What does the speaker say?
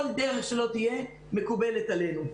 כל דרך מקובלת עלינו.